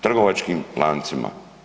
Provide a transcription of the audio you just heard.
Trgovačkim lancima.